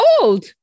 old